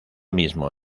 mismo